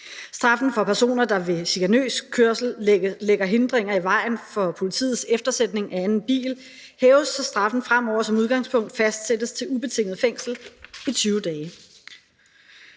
Straffen for personer, der ved chikanøs kørsel lægger hindringer i vejen for politiets eftersætning af anden bil, hæves, så straffen fremover som udgangspunkt fastsættes til ubetinget fængsel i 20 dage.